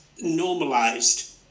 normalized